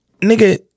nigga